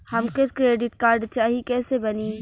हमके credit card चाही कैसे बनी?